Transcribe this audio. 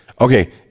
Okay